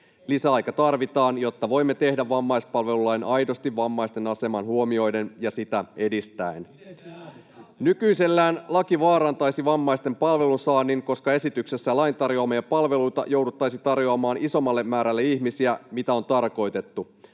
Lisäaika tarvitaan, jotta voimme tehdä vammaispalvelulain aidosti vammaisten aseman huomioiden ja sitä edistäen. Nykyisellään laki vaarantaisi vammaisten palvelunsaannin, koska esityksessä lain tarjoamia palveluita jouduttaisiin tarjoamaan isommalle määrälle ihmisiä kuin mitä on tarkoitettu.